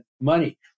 money